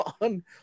on